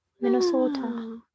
minnesota